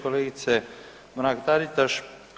Kolegice Mrak Taritaš.